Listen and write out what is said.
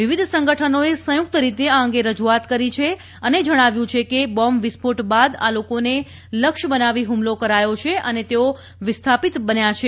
વિવિધ સંગઠનોએ સંયુક્ત રીતે આ અંગે રજૂઆત કરી છે અને જણાવ્યું છે કે બોંબ વિસ્ફોટ બાદ આ લોકોને લક્ષ્ય બનાવી ફમલો કરાયા છે અને તેઓ વિસ્થાપિત બન્યા છે